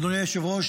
אדוני היושב-ראש,